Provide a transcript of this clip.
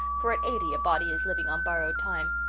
for at eighty a body is living on borrowed time.